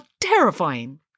terrifying